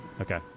Okay